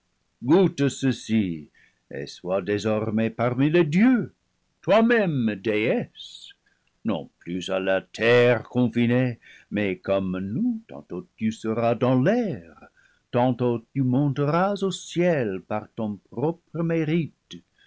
ceci et sois désor mais parmi les dieux toi-même déesse non plus à la terre confinée mais comme nous tantôt tu seras dans l'air tantôt tu monteras au ciel par ton propre mérite